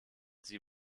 sie